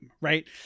Right